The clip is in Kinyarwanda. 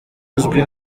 azwi